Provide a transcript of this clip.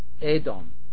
Edom